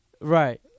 Right